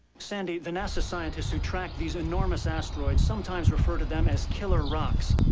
so and the nasa scientists who track these enormous asteroids sometimes refer to them as killer rocks.